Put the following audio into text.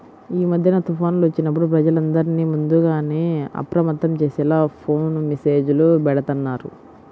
యీ మద్దెన తుఫాన్లు వచ్చినప్పుడు ప్రజలందర్నీ ముందుగానే అప్రమత్తం చేసేలా ఫోను మెస్సేజులు బెడతన్నారు